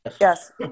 yes